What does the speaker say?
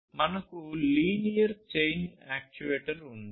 మనకు linear chain actuator ఉంది